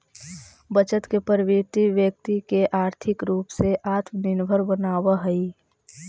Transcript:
बचत के प्रवृत्ति व्यक्ति के आर्थिक रूप से आत्मनिर्भर बनावऽ हई